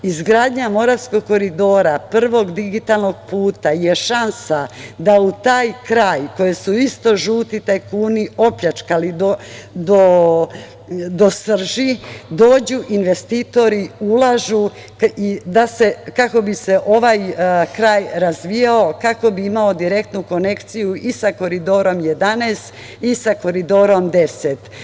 Izgradnja Moravskog koridora, prvog digitalnog puta, je šansa da u taj kraj, koji su isto žuti tajkuni opljačkali do srži, dođu investitori, ulažu, kako bi se ovaj kraj razvijao, kako bi imao direktnu konekciju i sa Koridorom 11 i sa Koridorom 10.